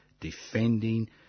defending